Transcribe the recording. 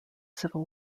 civil